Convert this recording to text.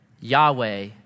Yahweh